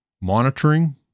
monitoring